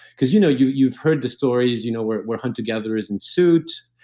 because you know you've you've heard the stories you know where where hunter gatherers ensued,